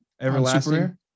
Everlasting